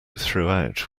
throughout